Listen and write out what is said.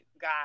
God